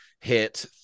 hit